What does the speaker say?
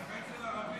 כי זה חיים של ערבים.